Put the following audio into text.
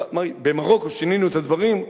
במרוקו שינינו את הדברים?